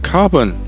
Carbon